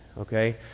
okay